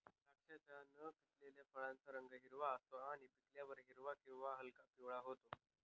द्राक्षाच्या न पिकलेल्या फळाचा रंग हिरवा असतो आणि पिकल्यावर हिरवा किंवा हलका पिवळा होतो